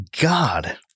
god